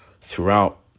throughout